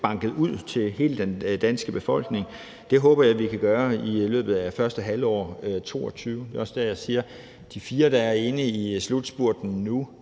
banket ud til hele den danske befolkning. Det håber jeg at vi kan gøre i løbet af første halvår 2022. Det er også der, hvor jeg siger, at de fire, der er inde i slutspurten nu,